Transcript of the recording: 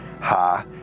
ha